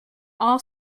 all